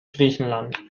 griechenland